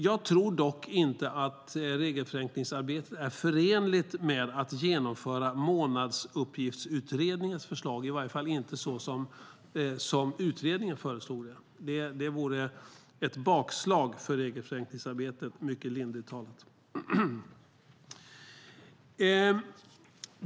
Jag tror dock inte att regelförenklingsarbetet är förenligt med att genomföra Månadsuppgiftsutredningens förslag, i varje fall inte så som utredningen föreslår det. Det vore ett bakslag för regelförenklingsarbetet, mycket lindrigt talat.